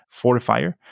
fortifier